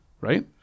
right